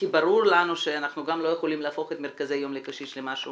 כי ברור לנו שאנחנו לא יכולים להפוך את מרכזי היום לקשיש למשהו